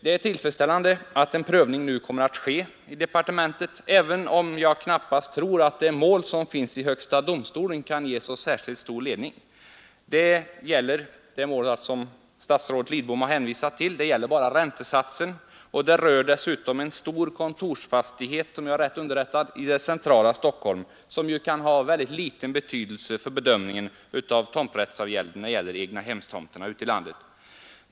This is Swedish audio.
Det är tillfredsställande att en prövning nu kommer att ske i departementet även om jag knappast kan tro att det mål som finns i högsta domstolen kan ge så särskilt stor ledning. Det mål som statsrådet Lidbom hänvisade till gäller ju om jag inte missminner mig bara räntesatser och rör en stor kontorsfastighet i det centrala Stockholm. Det kan ha ytterst liten betydelse för bedömningen av tomträttsavgälden när det gäller egnahemstomter ute i landet.